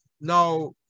Now